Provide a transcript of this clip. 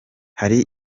hari